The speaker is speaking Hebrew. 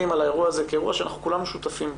על האירוע הזה כאירוע שכולנו שותפים בו.